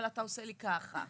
אבל אתה טופח לי על היד.